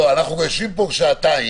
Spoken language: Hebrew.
אנחנו יושבים פה שעתיים,